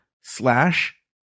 slash